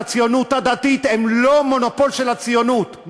הציונות הדתית הם לא מונופול של הציונות.